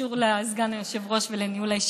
וקשור לסגן היושב-ראש ולניהול הישיבה.